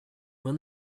will